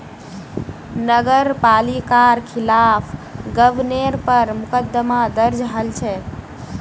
नगर पालिकार खिलाफ गबनेर पर मुकदमा दर्ज हल छ